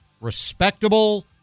respectable